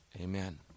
Amen